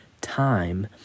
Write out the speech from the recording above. time